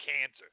cancer